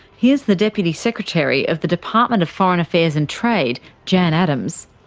here's the deputy secretary of the department of foreign affairs and trade, jan adams,